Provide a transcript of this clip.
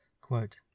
quote